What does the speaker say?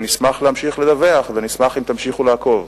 נשמח להמשיך ולדווח, ונשמח אם תמשיכו לעקוב.